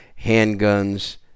handguns